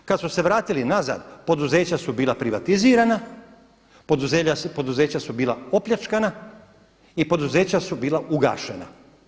Kad su se vratili nazad poduzeća su bila privatizirana, poduzeća su bila opljačkana i poduzeća su bila ugašena.